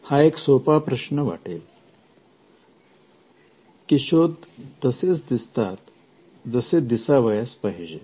हा एक सोपा प्रश्न वाटेल कि शोध तसेच दिसतात जसे दिसावयास पाहिजेत